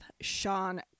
Sean